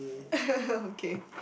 okay